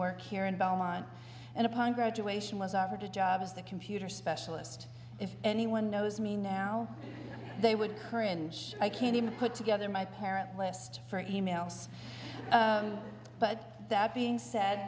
work here in belmont and upon graduation was offered a job as the computer specialist if anyone knows me now they would korean i can even put together my parent list for emails but that being said